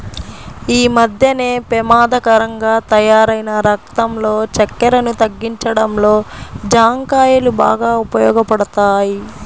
యీ మద్దెన పెమాదకరంగా తయ్యారైన రక్తంలో చక్కెరను తగ్గించడంలో జాంకాయలు బాగా ఉపయోగపడతయ్